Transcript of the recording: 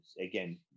again